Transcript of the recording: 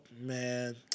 man